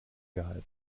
gehalten